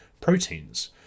proteins